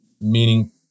Meaning